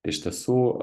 iš tiesų